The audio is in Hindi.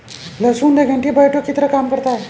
लहसुन एक एन्टीबायोटिक की तरह काम करता है